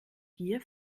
gier